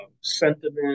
sentiment